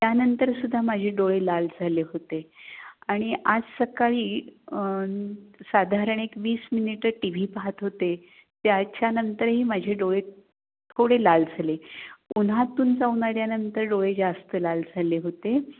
त्यानंतर सुद्धा माझे डोळे लाल झाले होते आणि आज सकाळी साधारण एक वीस मिनिटं टी व्ही पाहत होते त्याच्यानंतरही माझे डोळे थोडे लाल झाले उन्हातून जाऊन आल्यानंतर डोळे जास्त लाल झाले होते